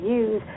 use